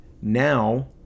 now